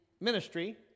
ministry